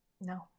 No